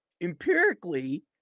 Empirically